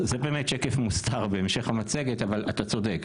זה באמת שקף מוסתר בהמשך המצגת, אבל אתה צודק.